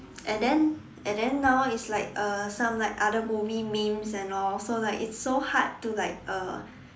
and then and then now it's like uh some like other movie memes and all so like it's so hard to like uh